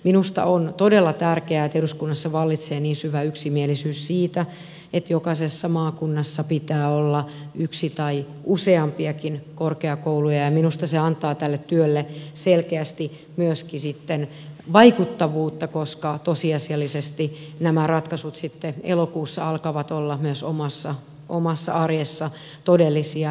minusta on todella tärkeää että eduskunnassa vallitsee niin syvä yksimielisyys siitä että jokaisessa maakunnassa pitää olla yksi tai useampiakin korkeakouluja ja minusta se antaa tälle työlle selkeästi myöskin vaikuttavuutta koska tosiasiallisesti nämä ratkaisut sitten elokuussa alkavat olla myös omassa arjessa todellisia